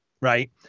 Right